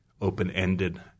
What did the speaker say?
open-ended